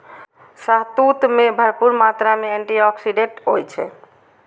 शहतूत मे भरपूर मात्रा मे एंटी आक्सीडेंट होइ छै